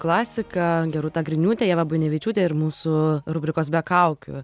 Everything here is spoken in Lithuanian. klasika gerūta griniūtė ieva buinevičiūtė ir mūsų rubrikos be kaukių